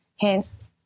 hence